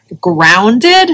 grounded